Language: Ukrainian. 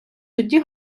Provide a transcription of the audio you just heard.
судді